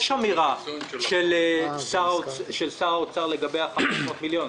יש אמירה של שר האוצר לגבי ה-500 מיליון,